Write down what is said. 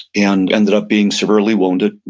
and ended up being severely wounded.